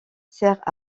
sert